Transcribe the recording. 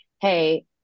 hey